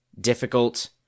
difficult